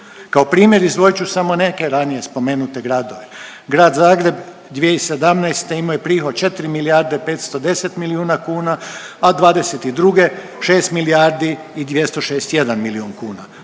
Kao primjer izdvojit ću samo neke ranije spomenute gradove, Grad Zagreb 2017. imo je prihod od 4 milijarde 510 milijuna kuna, a '22. 6 milijardi i 261 milijun kuna,